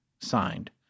Signed